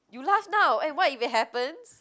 you laugh now eh what if it happens